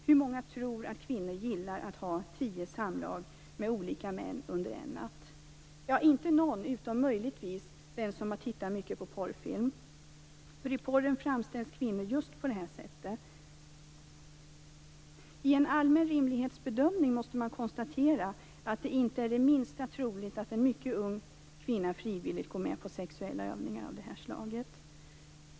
Hur många tror att kvinnor gillar att ha tio samlag med olika män under en natt? Inte någon tror det, utom möjligtvis den som har tittat mycket på porrfilm. I porren framställs kvinnor just på detta sätt. I en allmän rimlighetsbedömning måste man konstatera att det inte är det minsta troligt att en mycket ung kvinna frivilligt går med på sexuella övningar av detta slag.